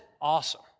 awesome